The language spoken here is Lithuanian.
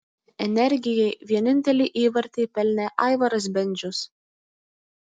energijai vienintelį įvartį pelnė aivaras bendžius